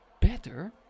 better